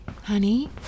Honey